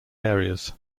areas